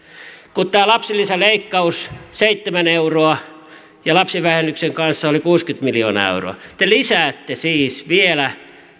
kun tämä lapsilisäleikkaus seitsemän euroa lapsivähennyksen kanssa oli kuusikymmentä miljoonaa euroa te lisäätte siis vielä